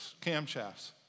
camshafts